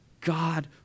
God